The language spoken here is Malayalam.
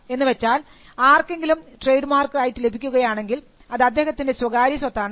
എന്ന് വെച്ചാൽ ആർക്കെങ്കിലും ട്രേഡ്മാർക്ക് റൈറ്റ് ലഭിക്കുകയാണെങ്കിൽ അത് അദ്ദേഹത്തിൻറെ സ്വകാര്യ സ്വത്താണ്